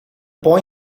boy